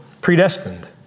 predestined